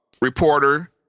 reporter